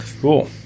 Cool